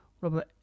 Robert